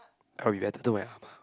I'll be better to my Ah-Ma